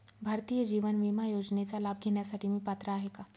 भारतीय जीवन विमा योजनेचा लाभ घेण्यासाठी मी पात्र आहे का?